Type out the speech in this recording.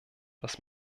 dass